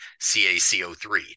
CaCO3